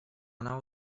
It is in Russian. она